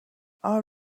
our